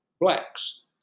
blacks